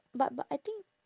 but but I think